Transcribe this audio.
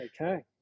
Okay